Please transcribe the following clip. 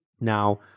Now